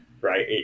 right